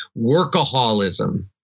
workaholism